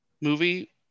movie